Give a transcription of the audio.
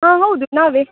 ಹಾಂ ಹೌದು ನಾವೇ